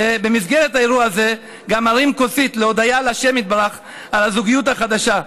ובמסגרת האירוע הזה גם ארים כוסית בהודיה לה' יתברך על הזוגיות החדשה.